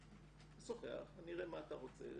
נשוחח ונראה מה אתה רוצה.